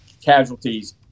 casualties